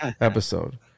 episode